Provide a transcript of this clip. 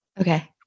Okay